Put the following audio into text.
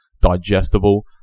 digestible